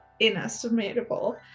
inestimable